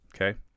Okay